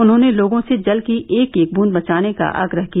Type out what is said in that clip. उन्होंने लोगों से जल की एक एक बूंद बचाने का आग्रह किया